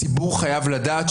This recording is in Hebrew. הציבור חייב לדעת,